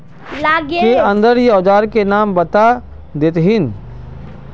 के अंदर ही औजार के नाम बता देतहिन?